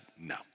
No